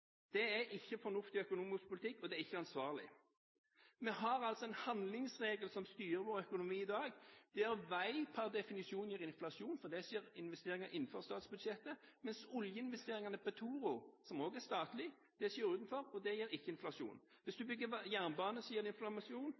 er ikke fornuftig økonomisk politikk, og det er ikke ansvarlig. Vi har altså en handlingsregel som styrer vår økonomi i dag, der vei per definisjon gir inflasjon fordi der skjer investeringene innenfor statsbudsjettet, mens oljeinvesteringen Petoro, som også er statlig, skjer utenfor, og det gir ikke inflasjon. Hvis du bygger jernbane, gir